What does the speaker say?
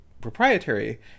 proprietary